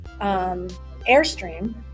Airstream